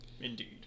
Indeed